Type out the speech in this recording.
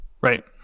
Right